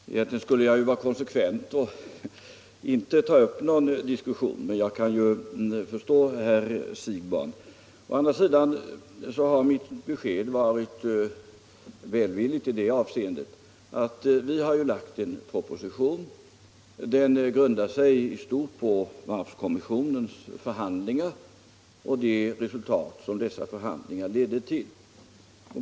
Herr talman! Egentligen skulle jag vara konsekvent och inte ta upp någon diskussion i denna fråga, men jag kan förstå herr Siegbahn när han önskar några kommentarer. Å andra sidan har beskedet varit välvilligt i det avseendet att vi ju har lagt fram en proposition. Den grundar sig i stort på varvskommissionens förhandlingar och det resultat som dessa ledde till.